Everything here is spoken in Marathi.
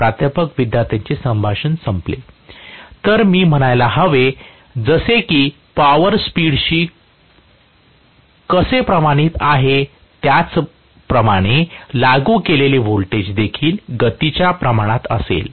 प्राध्यापक विद्यार्थ्यांचे संभाषण संपले तर मी म्हणायला हवे जसे की पॉवर स्पीड शी कसे प्रमाणित आहे त्याचप्रमाणे लागू केलेले व्होल्टेज देखील गतीच्या प्रमाणात असेल